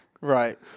Right